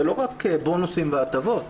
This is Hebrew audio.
זה לא רק בונוסים והטבות.